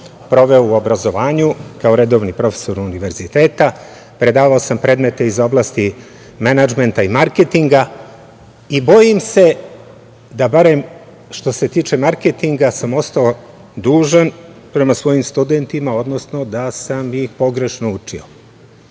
proveo u obrazovanju, kao redovni profesor univerziteta. Predavao sam predmete iz oblasti menadžmenta i marketinga i bojim se da, barem što se tiče marketinga, sam ostao dužan prema svojim studentima, odnosno da sam ih pogrešno učio.